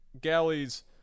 Galleys